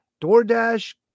DoorDash